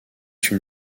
une